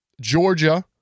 Georgia